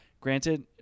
granted